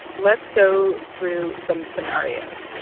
let's go through some scenarios. yeah